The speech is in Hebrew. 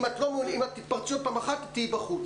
אם תתפרצי עוד פעם אחת את תהיי בחוץ.